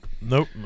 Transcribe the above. Nope